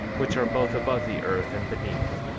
which are both above the earth and beneath,